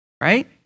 Right